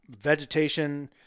Vegetation